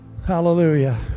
Hallelujah